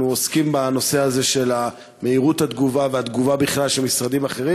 אנחנו עוסקים בנושא הזה של מהירות התגובה והתגובה בכלל של משרדים אחרים,